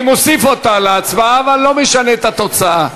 אני מוסיף אותה להצבעה, אבל לא משנה את התוצאה.